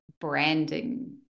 branding